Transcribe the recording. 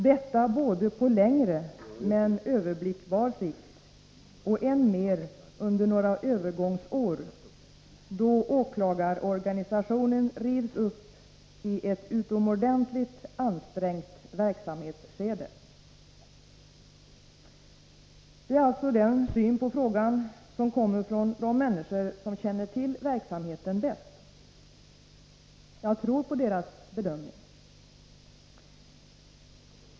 Detta både på längre, men överblickbar sikt och än mer under några övergångsår, då åklagarorganisationen rivs upp i ett utomordentligt ansträngt verksamhetsskede.” Det är alltså den syn på frågan som kommer från de människor som känner till verksamheten bäst. Jag tror på deras bedömning.